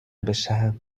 بشم